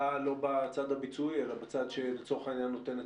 אתה לא בצד הביצועי אלא בצד שנותן עצות,